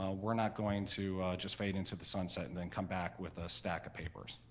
ah we're not going to just fade into the sunset and then come back with a stack of papers,